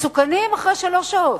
מסוכנים, אחרי שלוש שעות.